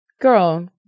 girl